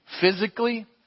physically